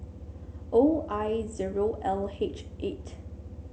O I zero L H eight